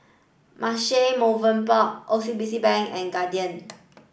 Marche Movenpick O C B C Bank and Guardian